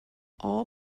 all